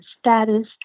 status